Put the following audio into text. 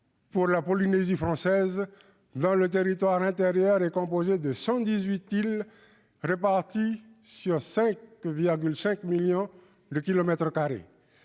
pour la Polynésie française, dont le territoire intérieur est composé de 118 îles réparties sur 5,5 millions de kilomètres carrés.